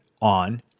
on